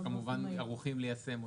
ואתם כמובן ערוכים ליישם אותם.